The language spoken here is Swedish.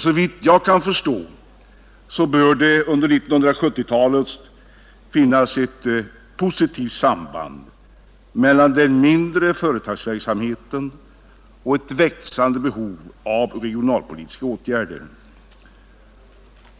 Såvitt jag förstår bör det under 1970-talet finnas ett positivt samband mellan den mindre företagsverksamheten och ett växande behov av regionalpolitiska åtgärder.